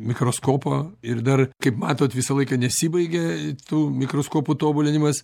mikroskopo ir dar kaip matot visą laiką nesibaigia tų mikroskopų tobulinimas